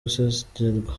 gusengerwa